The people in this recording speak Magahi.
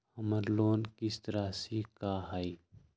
हमर लोन किस्त राशि का हई?